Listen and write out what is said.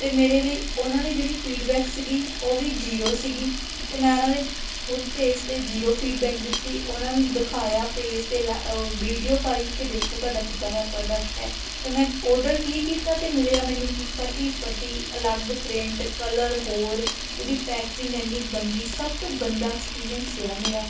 ਅਤੇ ਮੇਰੇ ਲਈ ਉਹਨਾਂ ਨੇ ਜਿਹੜੀ ਫੀਡਬੈਕ ਸੀਗੀ ਉਹ ਵੀ ਜੀਰੋ ਸੀਗੀ ਅਤੇ ਮੈਂ ਉਹਨਾਂ ਦੇ ਖੁਦ ਪੇਜ਼ 'ਤੇ ਜੀਰੋ ਫੀਡਬੈਕ ਦਿੱਤੀ ਉਹਨਾਂ ਨੂੰ ਦਿਖਾਇਆ ਪੇਜ਼ 'ਤੇ ਲ਼ ਵੀਡਿਓ ਪਾਈ ਕਿ ਦੇਖੋ ਤੁਹਾਡਾ ਕਿੱਦਾਂ ਦਾ ਪ੍ਰੋਡਕਟ ਹੈ ਅਤੇ ਮੈਂ ਔਡਰ ਕੀ ਕੀਤਾ ਅਤੇ ਮਿਲਿਆ ਮੈਨੂੰ ਕੀ ਕਟੀ ਫਟੀ ਅਲੱਗ ਪ੍ਰਿੰਟ ਕਲਰ ਹੋਰ ਉਹਦੀ ਪੈਕਜਿੰਗ ਇੰਨੀ ਗੰਦੀ ਸੀ ਸਭ ਤੋਂ ਗੰਦਾ ਐਕਪੀਰੀਅਂਸ ਰਿਹਾ ਮੇਰਾ